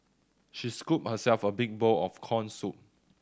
she scooped herself a big bowl of corn soup